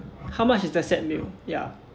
how much is the set meal ya